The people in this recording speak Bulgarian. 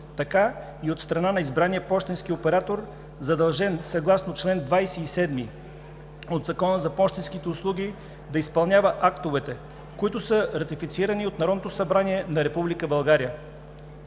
така и от страна на избрания пощенския оператор, задължен съгласно чл. 27 от Закона за пощенските услуги да изпълнява актовете, които са ратифицирани от Народното събрание на